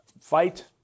fight